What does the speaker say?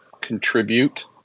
contribute